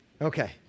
Okay